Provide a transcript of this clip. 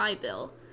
Bill